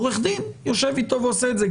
עורך דין יושב איתו ועושה את זה,